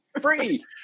free